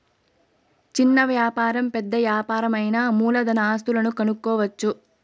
చిన్న వ్యాపారం పెద్ద యాపారం అయినా మూలధన ఆస్తులను కనుక్కోవచ్చు